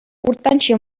уртанчы